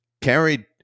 carried